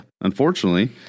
Unfortunately